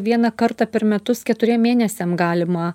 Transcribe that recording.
vieną kartą per metus keturiem mėnesiam galima